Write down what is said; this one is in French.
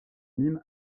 mime